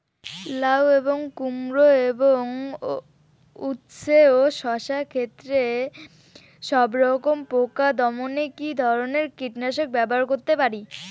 লাউ এবং কুমড়ো এবং উচ্ছে ও শসা ক্ষেতে সবরকম পোকা দমনে কী ধরনের কীটনাশক ব্যবহার করতে পারি?